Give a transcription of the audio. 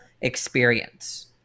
experience